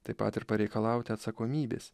taip pat ir pareikalauti atsakomybės